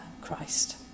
Christ